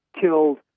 killed